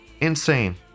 Insane